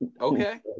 okay